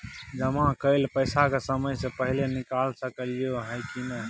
जमा कैल पैसा के समय से पहिले निकाल सकलौं ह की नय?